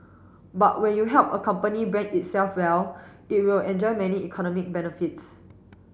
but when you help a company brand itself well it will enjoy many economic benefits